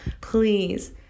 please